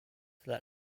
that